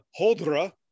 Holdra